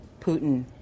Putin